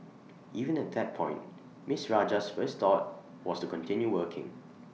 even at that point miss Rajah's first thought was to continue working